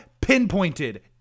pinpointed